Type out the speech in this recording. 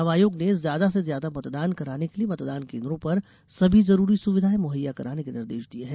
चुनाव आयोग ने ज्यादा से ज्यादा मतदान कराने के लिए मतदान केंद्रों पर सभी जरूरी सुविधाएं मुहैया कराने के निर्देष दिए हैं